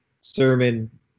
sermon